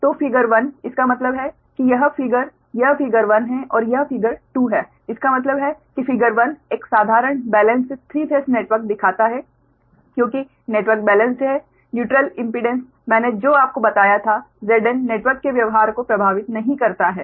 तो फिगर 1 इसका मतलब है कि यह फिगर यह फिगर 1 है और यह फिगर 2 है इसका मतलब है कि फिगर 1 एक साधारण बेलेंस्ड 3 फेस नेटवर्क दिखाता है क्योंकि नेटवर्क बेलेंस्ड है न्यूट्रल इम्पीडेंस मैंने जो आपको बताया था Zn नेटवर्क के व्यवहार को प्रभावित नहीं करता है